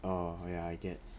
orh ya I guess